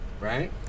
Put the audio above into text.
Right